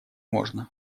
можно